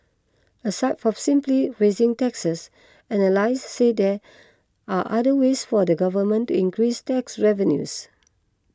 aside from simply raising taxes analysts said there are other ways for the government to increase tax revenues